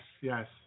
yes